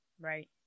right